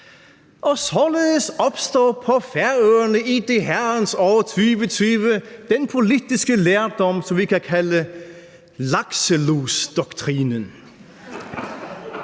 Således opstår på Færøerne i det herrens år 2020 den politiske lærdom, som vi kan kalde lakselusdoktrinen.